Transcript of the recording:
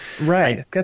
Right